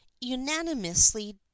unanimously